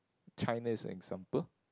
China is an example